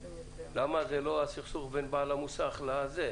למה זה לא הסכסוך בין בעל המוסך לצרכן?